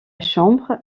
chambre